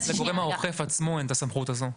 לגורם האוכף עצמו אין הסמכות הזאת.